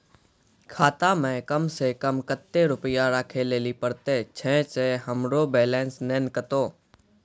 खाता मे कम सें कम कत्ते रुपैया राखै लेली परतै, छै सें हमरो बैलेंस नैन कतो?